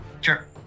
Sure